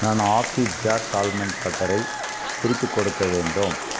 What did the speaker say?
நான் Happy Jars almond பட்டரை திருப்பிக் கொடுக்க வேண்டும்